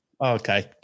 Okay